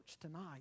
tonight